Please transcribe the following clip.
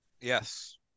Yes